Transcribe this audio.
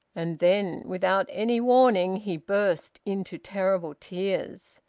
and then, without any warning, he burst into terrible tears,